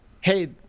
hey